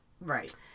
Right